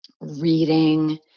reading